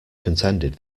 contended